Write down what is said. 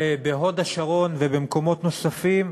בהוד-השרון ובמקומות נוספים,